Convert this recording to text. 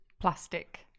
Plastic